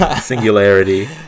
Singularity